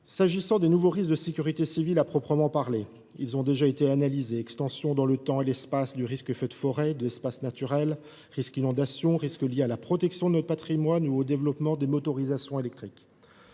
financement. Les nouveaux risques de sécurité civile, à proprement parler, ont déjà été analysés : extension dans le temps et dans l’espace des feux de forêt et d’espaces naturels, inondations, risques liés à la protection de notre patrimoine ou au développement des motorisations électriques.